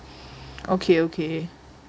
okay okay